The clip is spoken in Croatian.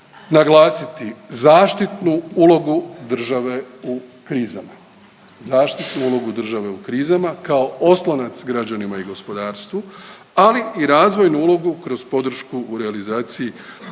naglasiti zaštitnu ulogu države u krizama, zaštitnu ulogu države u krizama kao oslonac građanima i gospodarstvu, ali i razvojnu ulogu kroz podršku u realizaciji